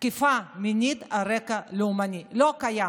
תקיפה מינית על רקע לאומני, זה לא קיים,